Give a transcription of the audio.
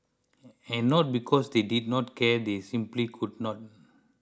and not because they did not care they simply could not